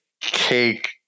cake